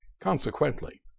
Consequently